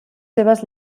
seves